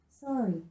Sorry